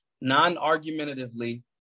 non-argumentatively